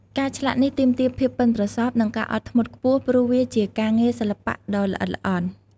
ការឆ្លាក់នេះទាមទារភាពប៉ិនប្រសប់ និងការអត់ធ្មត់ខ្ពស់ ព្រោះវាជាការងារសិល្បៈដ៏ល្អិតល្អន់។